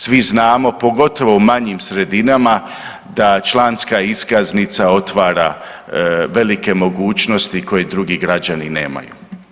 Svi znamo, pogotovo u manjim sredinama da članska iskaznica otvara velike mogućnosti koje drugi građani nemaju.